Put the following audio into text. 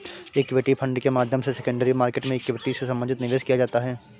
equity fund के माध्यम से सेकेंडरी मार्केट में इक्विटी से संबंधित निवेश किया जाता है